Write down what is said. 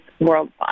worldwide